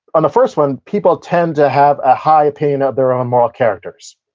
on the first one, people tend to have a high opinion of their own moral characters.